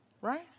Right